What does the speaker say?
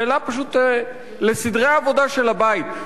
שאלה, פשוט לסדרי העבודה של הבית.